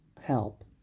help